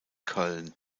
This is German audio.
köln